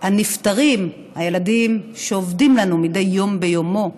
גם הנפטרים, הילדים שאובדים לנו מדי יום ביומו,